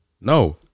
No